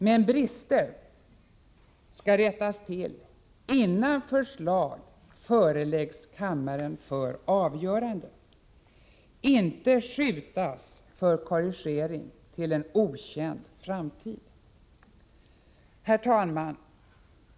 Men brister skall rättas till innan förslag föreläggs kammaren för avgörande, inte skjutas till en okänd framtid för korrigering. Herr talman!